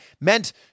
meant